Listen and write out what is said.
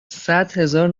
صدهزار